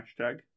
hashtag